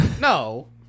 No